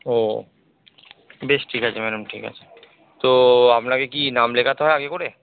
ও বেশ ঠিক আছে ম্যাডাম ঠিক আছে তো আপনাকে কি নাম লেখাতে হয় আগে করে